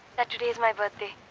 saturday's my birthday.